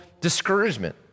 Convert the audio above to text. discouragement